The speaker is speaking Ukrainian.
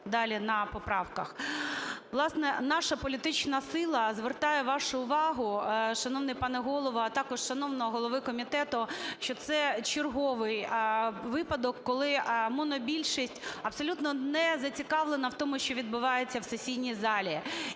далі на поправках. Власне, наша політична сила звертає вашу увагу, шановний пане Голово, а також шановного голови комітету, що це черговий випадок, коли монобільшість абсолютно не зацікавлена в тому, що відбувається в сесійній залі,